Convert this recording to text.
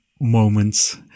moments